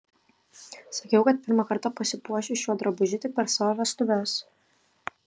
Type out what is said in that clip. sakiau kad pirmą kartą pasipuošiu šiuo drabužiu tik per savo vestuves